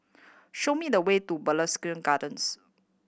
show me the way to Mugliston Gardens